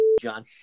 John